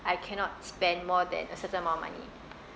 I cannot spend more than a certain amount of money